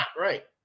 right